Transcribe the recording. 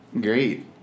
Great